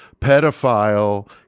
pedophile